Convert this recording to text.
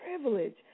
privilege